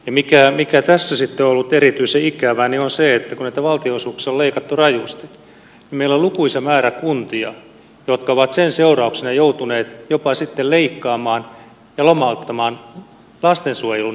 se mikä tässä sitten on ollut erityisen ikävää on se että kun näitä valtionosuuksia on leikattu rajusti niin meillä on lukuisa määrä kuntia jotka ovat sen seurauksena joutuneet sitten jopa leikkaamaan ja lomauttamaan lastensuojelun henkilöstöä kunnissa